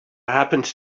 happened